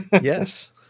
yes